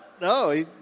no